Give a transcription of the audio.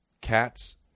Cats